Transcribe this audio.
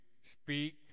speak